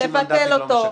לבטל אותו,